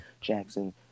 Jackson